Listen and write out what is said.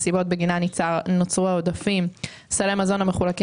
הסיבות בגינן נוצרו העודפים: סלי מזון המחולקים